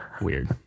Weird